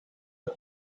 het